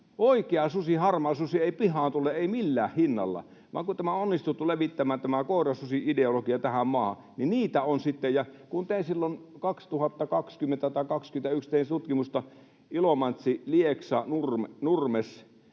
Oikea harmaasusi ei pihaan tule, ei millään hinnalla, vaan kun on onnistuttu levittämään tämä koirasusi-ideologia tähän maahan, niin niitä on sitten. Kun silloin 2020 tai 2021 tein tutkimusta, niin Ilomantsin, Lieksan, Nurmeksen,